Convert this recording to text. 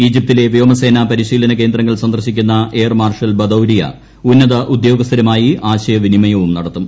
ഈജിപ്തിലെ വ്യോമസേനാ പരിശീലനകേന്ദ്രങ്ങൾ സന്ദർശ്ശിക്കുന്ന എയർ മാർഷൽ ബദൌരിയ ഉന്നത ഉദ്യോഗസ്ഥരുമായി ആശ്ലിയ്പിനിമയം നടത്തും